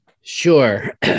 Sure